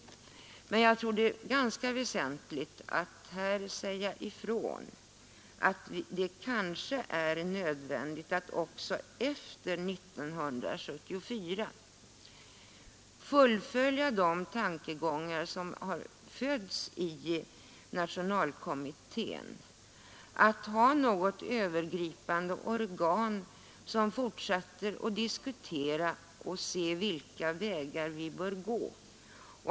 Men jag anser att Nr 122 det är ganska väsentligt att säga ifrån att det kanske är nödvändigt att också efter 1974 fullfölja de tankegångar som har fötts inom national Onsdagen den . kommittén, att ha något övergripande organ som fortsätter att diskutera och ser efter vilka vägar vi bör gå.